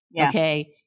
okay